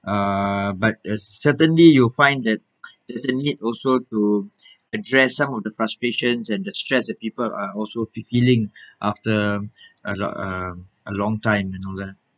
uh but uh certainly you'll find that there's a need also to address some of the frustrations and distress that people are also fe~ feeling after a lot um a long time and all that